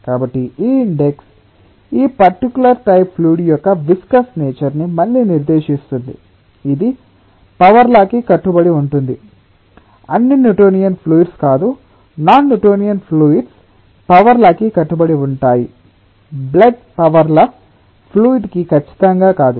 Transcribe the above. కాబట్టి ఈ ఇండెక్స్ ఈ పర్టికులర్ టైప్ ఫ్లూయిడ్ యొక్క విస్కస్ నేచర్ ని మళ్లీ నిర్దేశిస్తుంది ఇది పవర్ లా కి కట్టుబడి ఉంటుంది అన్ని న్యూటోనియన్ ఫ్లూయిడ్స్ కాదు non Newtonian fluids power law కి కట్టుబడి ఉంటాయి బ్లడ్ పవర్ లా ఫ్లూయిడ్ కి ఖచ్చితంగా కాదు